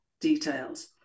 details